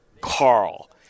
Carl